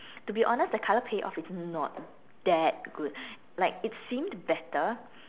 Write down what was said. to be honest the colour payoff is not that good like it seemed better